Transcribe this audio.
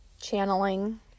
channeling